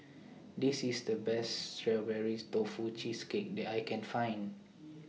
This IS The Best Strawberries Tofu Cheesecake that I Can Find